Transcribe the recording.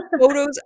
photos